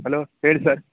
hello ಹೇಳಿ sir